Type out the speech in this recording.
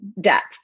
depth